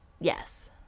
yes